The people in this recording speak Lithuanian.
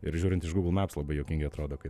ir žiūrint iš gūgl meps labai juokingai atrodo kai